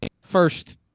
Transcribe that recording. First